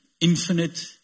infinite